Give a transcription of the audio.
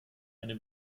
eine